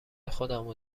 خودمو